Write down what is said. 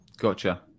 Gotcha